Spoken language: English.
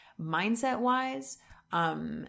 mindset-wise